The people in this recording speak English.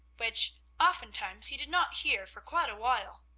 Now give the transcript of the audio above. which oftentimes he did not hear for quite a while.